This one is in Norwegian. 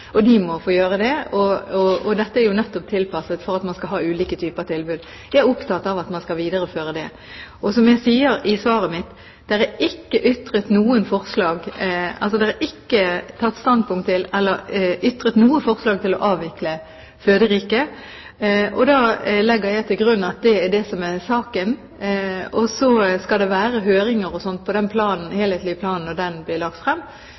og de må få gjøre det. Jeg er opptatt av at man skal videreføre de ulike typer tilbud. Som jeg sier i svaret mitt, er det ikke tatt standpunkt til eller ytret noe forslag til å avvikle Føderiket. Jeg legger til grunn at det er det som er saken. Det skal være høringer og slikt om den helhetlige planen når den blir lagt frem,